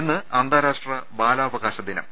ഇന്ന് അന്താരാഷ്ട്ര ബാലാവകാശ ദിനം